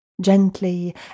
Gently